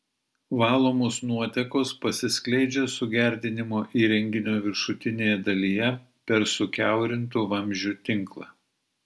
valomos nuotekos pasiskleidžia sugerdinimo įrenginio viršutinėje dalyje per sukiaurintų vamzdžių tinklą